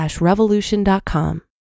revolution.com